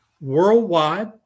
Worldwide